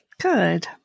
Good